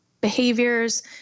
behaviors